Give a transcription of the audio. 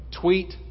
tweet